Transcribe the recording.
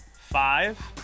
five